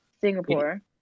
Singapore